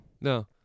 no